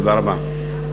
תודה רבה.